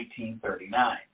1939